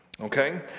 Okay